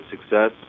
success